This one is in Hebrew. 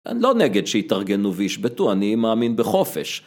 אני לא נגד שהתארגנו וישבתו, אני מאמין בחופש.